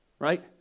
Right